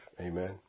Amen